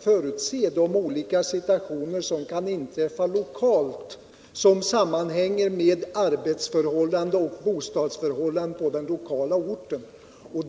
förutse alla olika situationer som kan inträffa lokalt och som sammanhänger med arbetsoch bostadsförhållanden på den lokala orten.